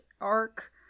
arc